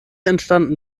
entstanden